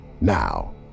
Now